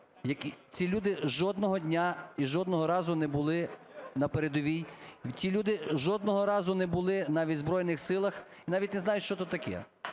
Ці люди жодного дня і жодного разу не були на передовій. Ті люди жодного разу не були навіть в Збройних Силах і навіть не знають, що то таке.